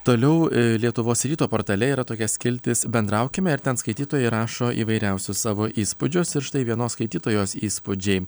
toliau lietuvos ryto portale yra tokia skiltis bendraukime ir ten skaitytojai rašo įvairiausius savo įspūdžius ir štai vienos skaitytojos įspūdžiai